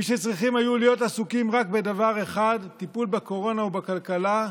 מי שצריכים היו להיות עסוקים רק בדבר אחד: טיפול בקורונה ובכלכלה,